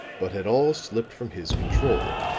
but had all slipped from his control.